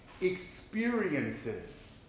experiences